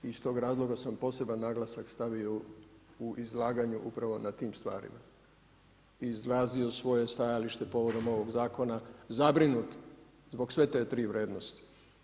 Iz tog razloga sam poseban naglasak stavio u izlaganje upravo nad tim stvarima i izrazio svoje stajalište povodom ovog zakona zabrinut zbog te tri vrijednosti.